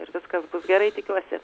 ir viskas bus gerai tikiuosi